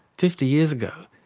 fifty years ago,